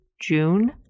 June